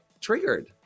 triggered